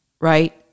right